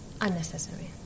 unnecessary